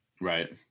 Right